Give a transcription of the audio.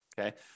okay